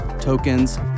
tokens